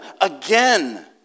again